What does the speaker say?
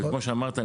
וכמו שאמרת,